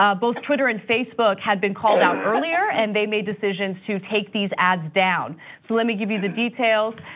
ah both twitter and facebook had been called out earlier and they made decisions to take these ads down. down. so let me give you the details.